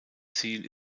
ziel